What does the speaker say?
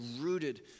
rooted